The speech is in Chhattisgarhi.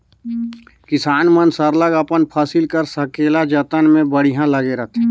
किसान मन सरलग अपन फसिल कर संकेला जतन में बड़िहा लगे रहथें